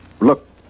Look